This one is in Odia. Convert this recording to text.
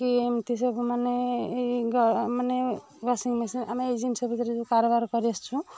କି ଏମିତି ସବୁମାନେ ଏଇ ଗା ମାନେ ୱାଶିଂମେସିନ ଆମେ ଏଇ ଜିନିଷ ଭିତରେ କାରବାର କରିଆସିଛୁଁ